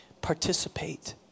participate